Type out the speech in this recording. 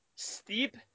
steep